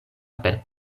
per